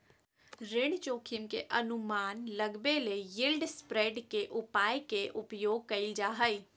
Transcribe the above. ऋण जोखिम के अनुमान लगबेले यिलड स्प्रेड के उपाय के उपयोग कइल जा हइ